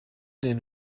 den